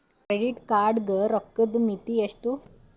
Credit card ಗ ರೋಕ್ಕದ್ ಮಿತಿ ಎಷ್ಟ್ರಿ?